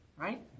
right